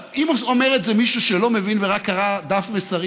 אם אומר את זה מישהו שלא מבין ורק קרא דף מסרים,